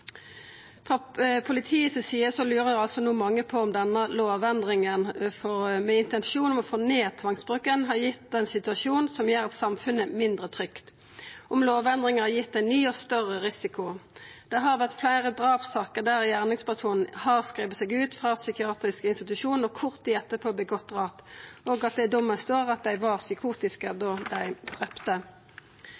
Frå politiet si side lurer no mange på om denne lovendringa, med intensjon om å få ned tvangsbruken, har gitt ein situasjon som gjer samfunnet mindre trygt, om lovendringa har gitt ein ny og større risiko. Det har vore fleire drapssaker der gjerningspersonen har skrive seg ut frå psykiatrisk institusjon og kort tid etterpå utført drap, og at det i dommen står at dei var psykotiske